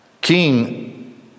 King